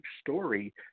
story